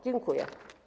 Dziękuję.